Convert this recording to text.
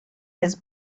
his